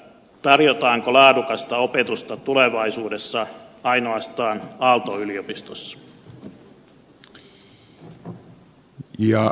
tarjotaanko laadukasta opetusta tulevaisuudessa ainoastaan aalto yliopistossa